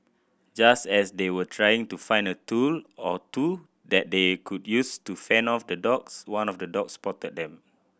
just as they were trying to find a tool or two that they could use to fend off the dogs one of the dogs spotted them